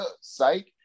Psych